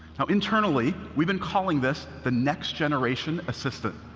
now, internally, we've been calling this the next generation assistant.